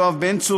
יואב בן צור,